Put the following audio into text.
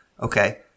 Okay